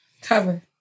Cover